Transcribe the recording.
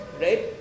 right